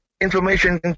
information